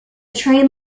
train